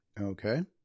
Okay